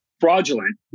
fraudulent